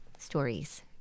stories